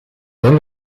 dan